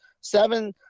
seven